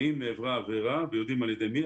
ואם נעברה עבירה ויודעים על ידי מי,